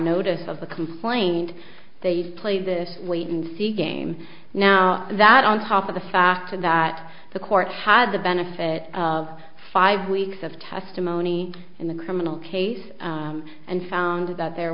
notice of the complaint they'd play this wait and see game now that on top of the fact that the court had the benefit of five weeks of testimony in the criminal case and found that there